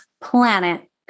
planet